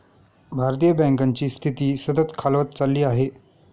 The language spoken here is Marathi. भारतीय बँकांची स्थिती सतत खालावत चालली आहे